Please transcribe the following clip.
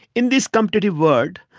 in this competitive world,